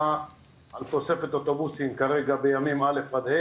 על תוספת אוטובוסים כרגע בימים א'-ה',